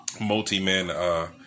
multi-man